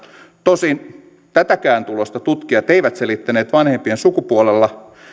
tosin tätäkään tulosta tutkijat eivät selittäneet vanhempien sukupuolella